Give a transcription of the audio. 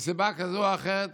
מסיבה כזאת או אחרת,